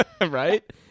right